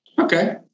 Okay